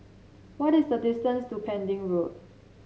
what is the distance to Pending Road